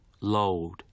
load